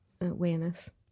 awareness